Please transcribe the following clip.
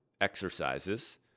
exercises